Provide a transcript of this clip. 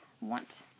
want